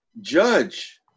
Judge